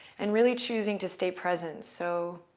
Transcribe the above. and really choosing to stay present. so